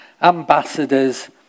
ambassadors